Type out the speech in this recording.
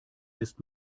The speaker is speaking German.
ist